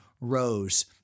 rose